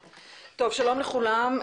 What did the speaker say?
שלום לכולם.